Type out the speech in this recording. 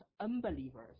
unbelievers